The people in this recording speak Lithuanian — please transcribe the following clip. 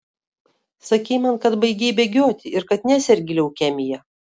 sakei man kad baigei bėgioti ir kad nesergi leukemija